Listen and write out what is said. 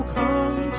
come